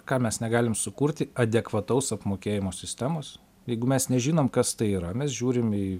ką mes negalim sukurti adekvataus apmokėjimo sistemos jeigu mes nežinom kas tai yra mes žiūrimį